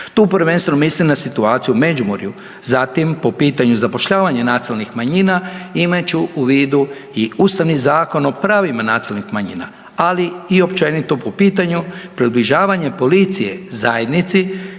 Tu prvenstveno mislim na situaciju u Međimurju, zatim po pitanju zapošljavanja nacionalnih manjina imajući u vidu i Ustavni zakon o pravima nacionalnih manjina, ali i općenito po pitanju približavanje policije zajednici